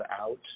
out